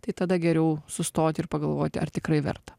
tai tada geriau sustoti ir pagalvoti ar tikrai verta